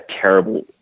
terrible